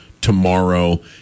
tomorrow